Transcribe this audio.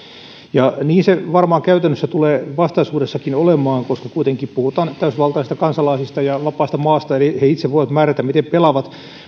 niin se varmaan käytännössä tulee vastaisuudessakin olemaan koska kuitenkin puhutaan täysvaltaisista kansalaisista ja vapaasta maasta eli he itse voivat määrätä miten pelaavat